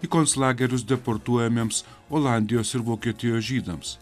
į konclagerius deportuojamiems olandijos ir vokietijos žydams